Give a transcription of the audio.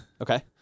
Okay